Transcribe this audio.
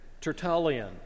Tertullian